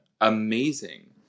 amazing